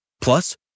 Plus